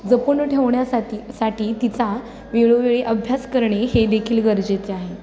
जपून ठेवण्यासाठी साठी तिचा वेळोवेळी अभ्यास करणे हे देखील गरजेचे आहे